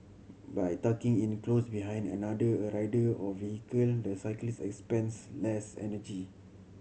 by tucking in close behind another a rider or vehicle the cyclist expends less energy